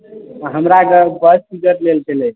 हमराके bus ticket छलए